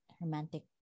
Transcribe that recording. romantic